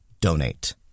donate